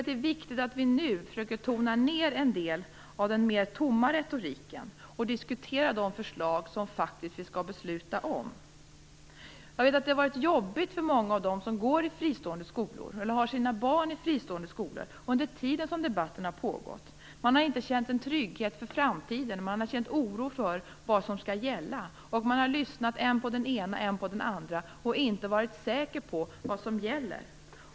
Det är viktigt att vi nu försöker tona ned en del av den tomma retoriken och diskutera de förslag vi faktiskt skall besluta om. Det har varit jobbigt för dem som går i fristående skolor eller har sina barn i fristående skolor under tiden debatten har pågått. De har inte känt någon trygghet inför framtiden utan känt oro för vad som skall gälla. De har lyssnat än på den ena, än på den andra och inte varit säkra på vad som gäller.